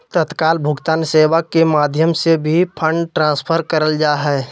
तत्काल भुगतान सेवा के माध्यम से भी फंड ट्रांसफर करल जा हय